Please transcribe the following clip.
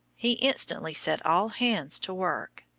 he instantly set all hands to work.